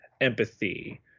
empathy